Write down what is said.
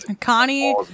Connie